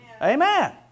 amen